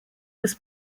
was